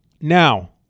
Now